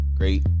great